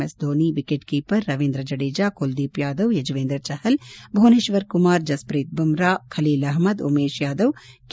S Dhoni wicket keeper Ravindra Jadeja Kuldeep Yadav Yuzvendra Chahal Bhuvneshwar Kumar Jasprit Bumrah Khaleel Ahmed Umesh Yadav K